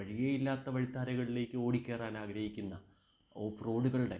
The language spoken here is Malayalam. വഴിയേ ഇല്ലാത്ത വഴിത്താരകളിലേക്ക് ഓടിക്കയറാൻ ആഗ്രഹിക്കുന്ന ഓഫ് റോഡുകളുടെ